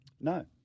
No